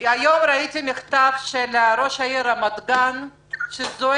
היום ראיתי מכתב של ראש עיריית רמת גן שזועק,